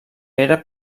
era